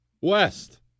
West